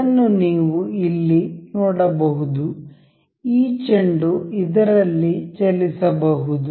ಅದನ್ನು ನೀವು ಇಲ್ಲಿ ನೋಡಬಹುದು ಈ ಚೆಂಡು ಇದರಲ್ಲಿ ಚಲಿಸಬಹುದು